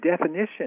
definition